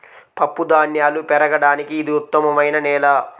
పప్పుధాన్యాలు పెరగడానికి ఇది ఉత్తమమైన నేల